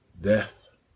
death